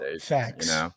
Facts